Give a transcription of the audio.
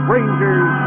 Rangers